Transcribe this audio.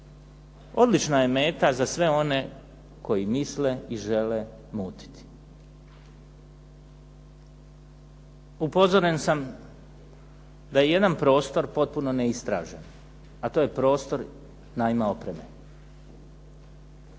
odlična je meta za sve one koji misle i žele mutiti. Upozoren sam da je jedan prostor potpuno neistražen, a to je prostor najma opreme.